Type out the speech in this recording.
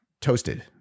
toasted